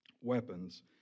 weapons